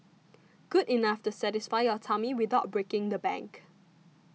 good enough to satisfy your tummy without breaking the bank